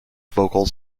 vocals